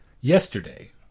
yesterday